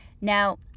Now